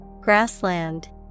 Grassland